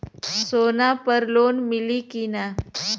सोना पर लोन मिली की ना?